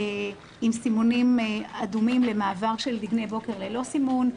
סימונים אדומים למעבר של דגני בוקר ללא סימון,